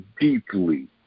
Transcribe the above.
deeply